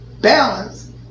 balance